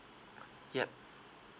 uh ya